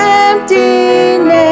emptiness